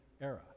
era